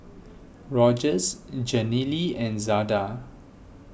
Rogers Jenilee and Zada